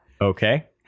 Okay